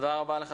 תודה רבה.